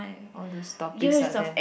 all those topics are there